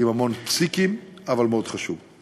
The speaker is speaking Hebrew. עם המון פסיקים, אבל מאוד חשוב.